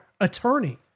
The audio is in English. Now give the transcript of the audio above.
attorney